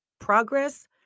progress